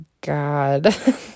god